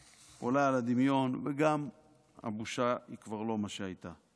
עולה על הדמיון, וגם הבושה היא כבר לא מה שהייתה.